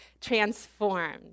transformed